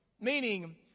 meaning